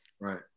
Right